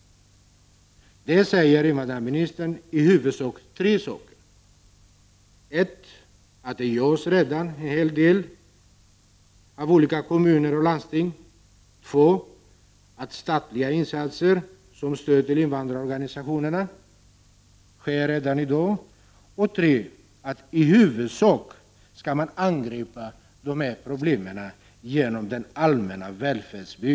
Invandrarministern nämner i huvudsak tre huvudfaktorer. För det första görs det redan en hel del av olika kommuner och landsting. För det andra förekommer redan i dag statliga insatser som stöd till invandrarorganisationer. För det tredje är huvudprincipen att man skall angripa problemet genom den allmänna välfärdspolitiken.